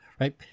right